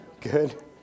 Good